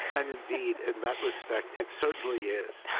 and, indeed, in that respect, it certainly is